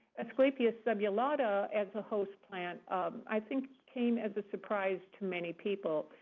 asclepias subulata as a host plant, um i think, came as a surprise to many people.